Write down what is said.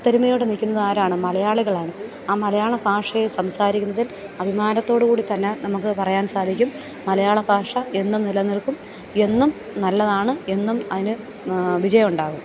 ഒത്തൊരുമയോട് കൂടി നിൽക്കുന്നത് ആരാണ് മലയാളികളാണ് ആ മലയാളഭാഷയിൽ സംസാരിക്കുന്നതിൽ അഭിമാനത്തോടുകൂടി തന്നെ നമുക്ക് പറയാൻ സാധിക്കും മലയാളഭാഷ എന്നും നിലനിൽക്കും എന്നും നല്ലതാണ് എന്നും അതിന് വിജയമുണ്ടാക്കും